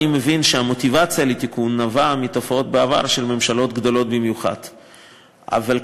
אני מבין שהמוטיבציה לתיקון נבעה מתופעות של ממשלות גדולות במיוחד בעבר,